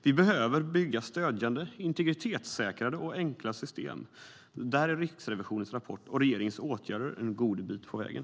Vi behöver bygga stödjande, integritetssäkrade och enkla system. Där är Riksrevisionens rapport och regeringens åtgärder en god bit på vägen.